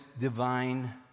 divine